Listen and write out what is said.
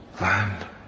land